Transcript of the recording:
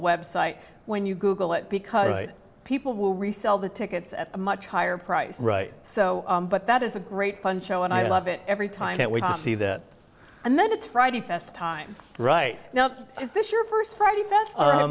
website when you google it because people will resell the tickets at a much higher price right so but that is a great fun show and i love it every time that we see that and then it's friday fest time right now is this your st friday